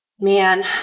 Man